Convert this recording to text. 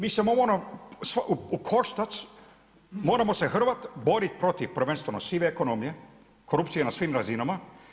Mi se moramo u koštac, moramo se hrvat, borit protiv prvenstveno sive ekonomije, korupcije na svim razinama.